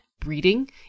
Breeding